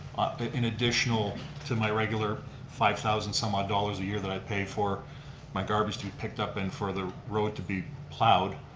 but in addition to my regular five thousand some odd dollars a year that i pay for my garbage to be picked up and for the road to be plowed,